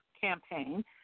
campaign